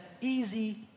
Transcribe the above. easy